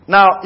Now